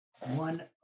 one